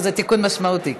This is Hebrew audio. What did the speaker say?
זה תיקון משמעותי.